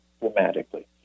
dramatically